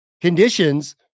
Conditions